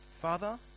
Father